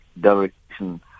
direction